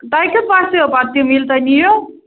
تۄہہِ کٮُ۪تھ باسٮ۪و پَتہٕ تِم ییٚلہِ تۄہہِ نِیِو